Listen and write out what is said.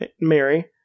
Mary